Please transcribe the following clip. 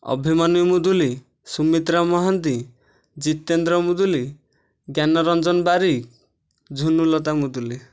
Abhimanyu Muduli Sumitra Mohanty Jitendra Muduli Gyanaranjan Barik Jhunulata Muduli